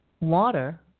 Water